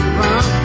run